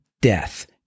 death